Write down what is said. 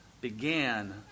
began